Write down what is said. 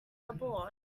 abroad